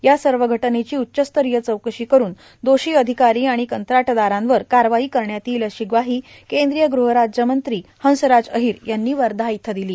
या सर्व घटनेची उच्चस्तरीय चौकशी करून दोषी अधिकारी आणि कंत्राटदारांवर कारवाई करण्यात येईल अशी ग्वाही केंद्रीय ग़हराज्य मंत्री हंसराज अहिर यांनी वर्धा इथं दिली